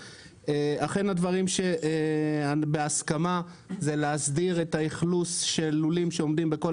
הדברים בהסכמה הם להסדיר את האכלוס של לולים שעומדים בכל